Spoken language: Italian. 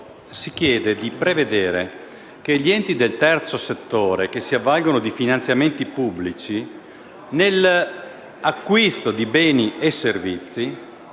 si chiede di prevedere che gli enti del terzo settore che si avvalgono di finanziamenti pubblici nell'acquisto di beni e servizi